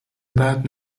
بعد